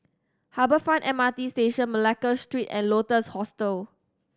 Harbour Front M R T Station Malacca Street and Lotus Hostel